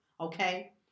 okay